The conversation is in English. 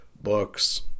books